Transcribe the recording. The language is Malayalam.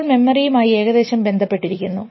ഇപ്പോൾ മെമ്മറിയും ആയി ഏകദേശം ബന്ധപ്പെട്ടിരിക്കുന്നു